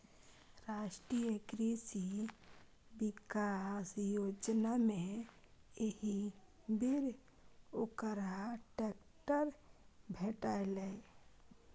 राष्ट्रीय कृषि विकास योजनामे एहिबेर ओकरा ट्रैक्टर भेटलै